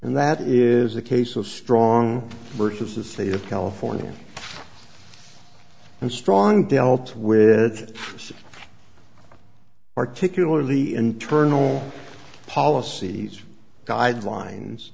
and that is the case of strong versus the state of california and strong dealt with particularly internal policies guidelines